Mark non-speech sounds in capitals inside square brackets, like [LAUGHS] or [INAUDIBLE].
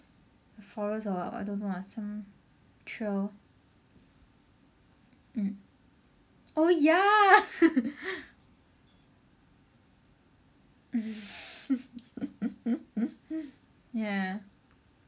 forest or what I don't know ah some trail mm oh ya [LAUGHS] [LAUGHS] ya